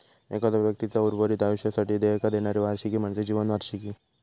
एखाद्यो व्यक्तीचा उर्वरित आयुष्यासाठी देयका देणारी वार्षिकी म्हणजे जीवन वार्षिकी